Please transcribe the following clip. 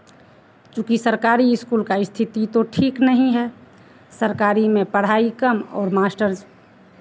चूंकि सरकारी स्कूल का स्थिति तो ठीक नहीं है सरकारी में पढ़ाई कम और मास्टर